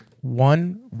one